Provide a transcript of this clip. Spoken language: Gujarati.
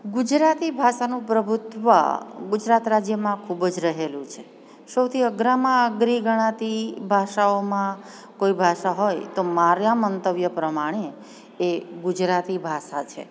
ગુજરાતી ભાષાનું પ્રભુત્વ ગુજરાત રાજ્યમાં ખૂબ જ રહેલું છે સૌથી અઘરામાં અઘરી ગણાતી ભાષાઓમાં કોઈ ભાષા હોય તો મારા મંતવ્ય પ્રમાણે એ ગુજરાતી ભાષા છે